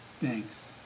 Thanks